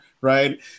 Right